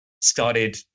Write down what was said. started